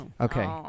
Okay